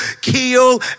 kill